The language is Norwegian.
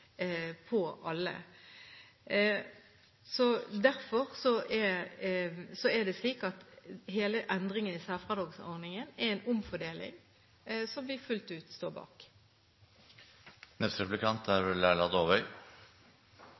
på alle. Derfor er det slik at hele endringen i særfradragsordningen er en omfordeling, som vi fullt ut står bak. Jeg har to små spørsmål. Det ene er: